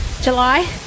July